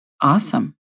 Awesome